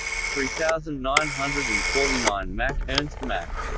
three thousand nine hundred and forty nine mach and mach